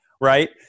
right